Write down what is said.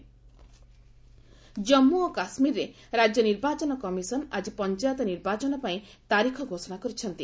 JK EC Jammu ଓ କାଶ୍କୀରରେ ରାଜ୍ୟ ନିର୍ବାଚନ କମିଶନ୍ ଆଜି ପଞ୍ଚାୟତ ନିର୍ବାଚନପାଇଁ ତାରିଖ ଘୋଷଣା କରିଛନ୍ତି